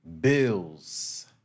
Bills